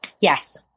yes